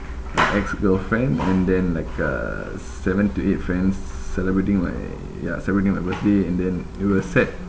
my ex girlfriend and then like uh seven to eight friends celebrating my ya celebrating my birthday and then it was set